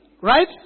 right